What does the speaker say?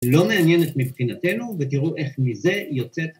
‫לא מעניינת מבחינתנו, ‫ותראו איך מזה יוצאת...